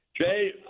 Jay